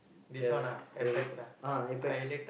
the the ah apex